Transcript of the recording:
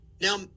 Now